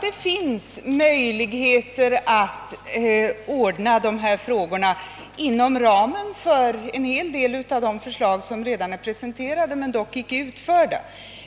Det finns möjligheter att lösa dessa frågor inom ramen för en hel del av de förslag som redan presenterats men som inte genomförts.